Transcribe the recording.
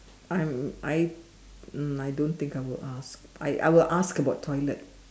I'm I um I don't think I will ask I I will ask about toilet